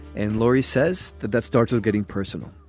and lori says that that starts with getting personal.